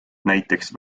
näiteks